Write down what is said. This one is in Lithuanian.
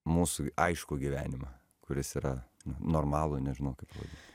mūsų aiškų gyvenimą kuris yra normalų nežinau kaip pavadint